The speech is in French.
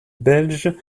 belges